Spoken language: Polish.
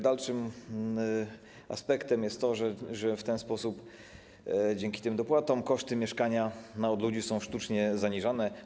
Dalszym aspektem jest to, że w ten sposób dzięki tym dopłatom koszty mieszkania na odludziu są sztucznie zaniżane.